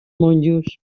monjos